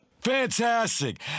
Fantastic